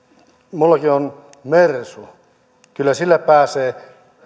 minullakin on mersu kyllä sillä pääsee